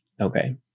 Okay